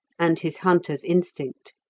and his hunter's instinct.